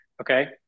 Okay